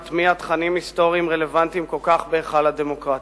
מטמיע תכנים היסטוריים רלוונטיים כל כך בהיכל הדמוקרטיה.